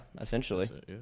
essentially